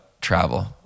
travel